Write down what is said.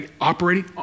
operating